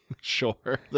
Sure